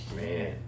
man